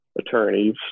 attorneys